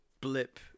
blip